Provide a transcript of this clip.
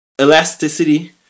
elasticity